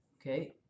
Okay